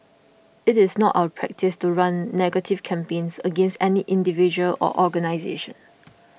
it is not our practice to run negative campaigns against any individual or organisation